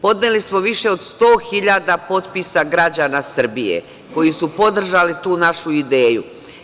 Podneli smo više od 100.000 potpisa građana Srbije, koji su podržali tu našu ideju.